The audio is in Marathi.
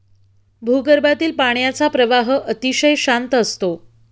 भूगर्भातील पाण्याचा प्रवाह अतिशय शांत असतो